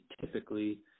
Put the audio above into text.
typically